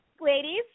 ladies